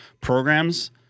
programs